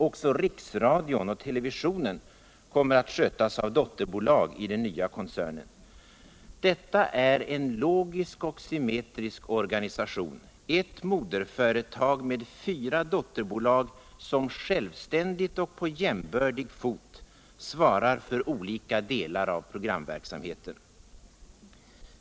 Också riksradion och televisionen kommer att skötas av dotterbolag i den nya koncernen. Dewua är en logisk och symmetrisk organisation: ett moderföretag med fyra dotterbolag som självständigt och på jämbördig fot svarar för olika delar av programverksamheten.